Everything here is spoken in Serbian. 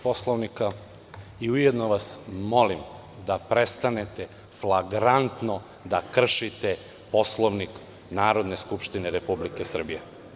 Poslovnika, i ujedno vas molim, da prestanete flagrantno da kršite Poslovnik Narodne skupštine Republike Srbije.